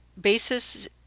basis